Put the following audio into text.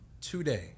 today